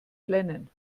flennen